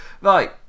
right